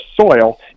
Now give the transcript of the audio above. soil